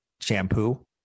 shampoo